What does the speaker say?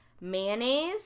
mayonnaise